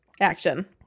action